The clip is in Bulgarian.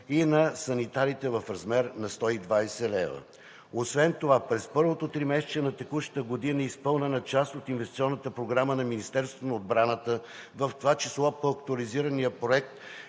и на санитарите в размер на 120 лв. Освен това през първото тримесечие на текущата година е изпълнена част от Инвестиционната програма на Министерството на отбраната, в това число по актуализирания Проект